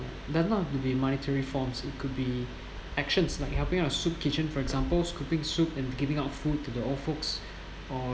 they are not to be monetary forms it could be actions like helping out in a soup kitchen for example scooping soup and giving out food to the old folks or